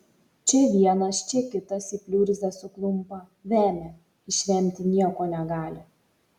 čia vienas čia kitas į pliurzą suklumpa vemia išvemti nieko negali